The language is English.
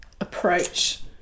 approach